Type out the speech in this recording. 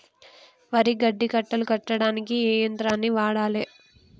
వరి గడ్డి కట్టలు కట్టడానికి ఏ యంత్రాన్ని వాడాలే?